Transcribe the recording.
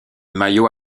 maillot